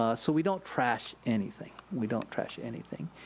ah so we don't trash anything, we don't trash anything.